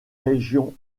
régions